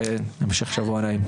והמשך שבוע נעים.